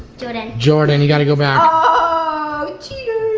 jordan. jordan, you gotta go back. oh, cheater.